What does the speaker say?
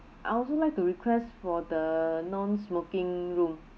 I also like to request for the non smoking room